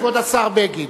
כבוד השר בגין,